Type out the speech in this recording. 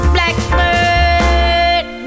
Blackbird